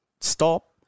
stop